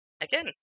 Again